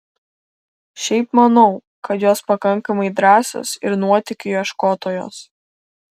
šiaip manau kad jos pakankamai drąsios ir nuotykių ieškotojos